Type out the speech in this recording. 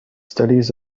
studies